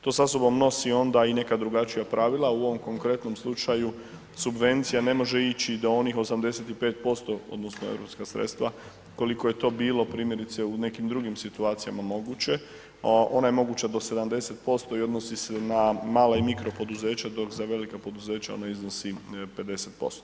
To sa sobom nosi i neka drugačija pravila, u ovom konkretnom slučaju subvencija ne može ići do onih 85% odnosno europska sredstva koliko je to bilo primjerice u nekim drugim situacijama moguće, ona je moguća do 70% i odnosi se na mala i mikro poduzeća, dok za velika poduzeća ona iznosi 50%